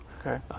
Okay